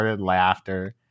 laughter